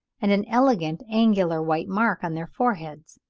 and an elegant angular white mark on their foreheads.